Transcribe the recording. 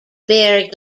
buried